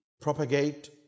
propagate